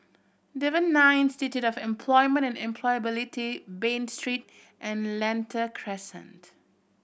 Devan Nair Institute of Employment and Employability Bain Street and Lentor Crescent